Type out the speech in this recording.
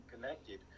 connected